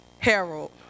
Harold